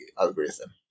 algorithm